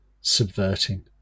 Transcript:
subverting